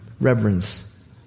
reverence